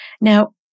Now